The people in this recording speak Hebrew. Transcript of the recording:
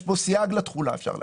יש פה סייג לתחולה אפשר להגיד.